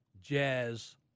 jazz